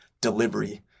delivery